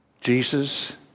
Jesus